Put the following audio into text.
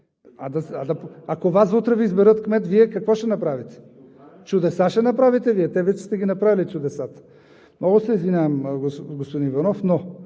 Ако Вас утре Ви изберат кмет, Вие какво ще направите? Чудеса ще направите Вие – вече сте ги направили чудесата. Много се извинявам, господин Иванов, но